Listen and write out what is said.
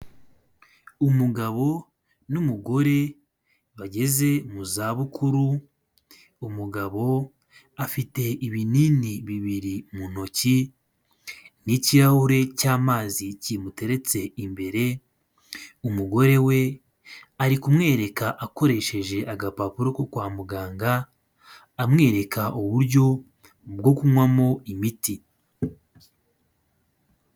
Umugabo n'umugore bageze mu zabukuru, umugabo afite ibinini bibiri mu ntoki n'ikirahure cy'amazi kimuteretse imbere, umugore we ari kumwereka akoresheje agapapuro ko kwa muganga amwereka uburyo bwo kunywamo imiti.